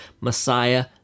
Messiah